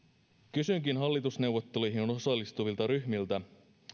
kysynkin hallitusneuvotteluihin osallistuvilta ryhmiltä